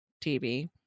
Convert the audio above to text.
TV